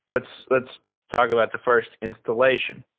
let's let's talk about the first installation.